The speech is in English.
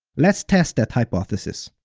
let's test that hypothesis.